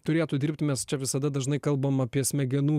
turėtų dirbti mes čia visada dažnai kalbam apie smegenų